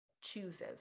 chooses